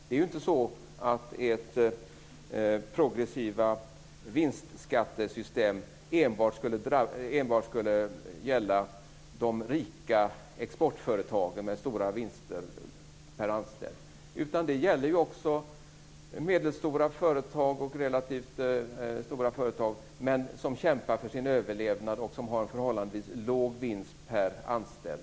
Det är inte så att ert progressiva vinstskattesystem enbart skulle gälla de rika exportföretagen med stora vinster per anställd utan det gäller också medelstora företag och relativt stora företag som kämpar för sin överlevnad och som har förhållandevis låg vinst per anställd.